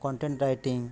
content writing